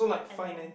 element